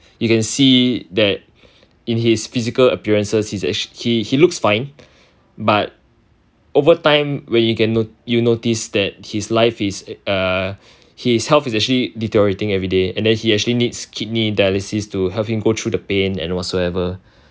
you can see that in his physical appearances he is ac~ he he looks fine but over time when you can no~ you notice that his life is err his health is actually deteriorating every day and then he actually needs kidney dialysis to help him go through the pain and whatsoever